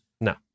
No